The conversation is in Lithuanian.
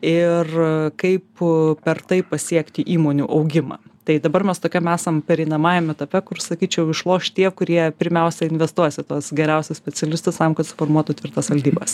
ir kaip per tai pasiekti įmonių augimą tai dabar mes tokiam esam pereinamajam etape kur sakyčiau išloš tie kurie pirmiausia investuos į tuos geriausius specialistus tam kad suformuotų tvirtas valdybas